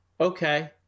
Okay